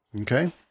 Okay